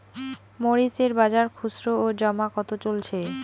মরিচ এর বাজার খুচরো ও জমা কত চলছে?